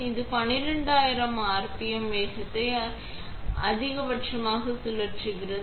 இது 12000 RPM வேகத்தை அதிகபட்சமாக சுழற்றுகிறது